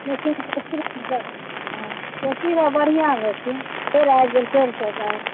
लेकिन हँ लेकिन कोशीमे बढ़िआँ अबै छै फेर आबि गेल फेरसँ बाढ़ि